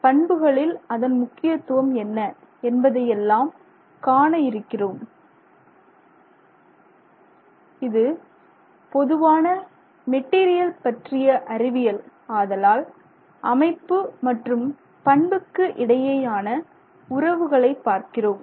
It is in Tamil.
பண்புகளில் அதன் முக்கியத்துவம் என்ன என்பதையெல்லாம் காண இருக்கிறோம் இது பொதுவான மெட்டீரியல் பற்றிய அறிவியல் ஆதலால் அமைப்பு மற்றும் பண்புக்கு இடையேயான உறவுகளை பார்க்கிறோம்